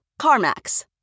CarMax